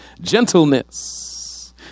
Gentleness